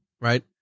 right